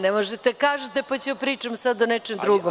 Ne možete da kažete, pa ću da pričam sada o nečemu drugom.